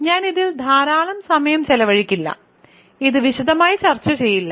ഞാൻ ഇതിൽ ധാരാളം സമയം ചെലവഴിക്കില്ല ഇത് വിശദമായി ചർച്ച ചെയ്യില്ല